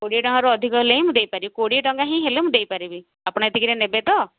କୋଡ଼ିଏ ଟଙ୍କାରୁ ଅଧିକ ହେଲେ ମୁଁ ଦେଇ ପାରିବି କୋଡ଼ିଏ ଟଙ୍କା ହିଁ ଦେଇପାରିବି ଆପଣ ଏତିକିରେ ନେବେ ତ